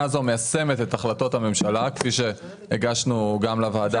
הזאת מיישמת את החלטות הממשלה כפי שהגשנו גם לוועדה.